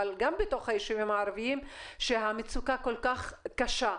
גם בתוך היישובים הערביים שהמצוקה כל כך קשה.